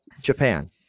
Japan